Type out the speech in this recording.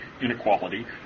inequality